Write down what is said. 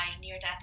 near-death